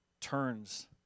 turns